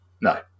No